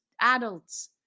adults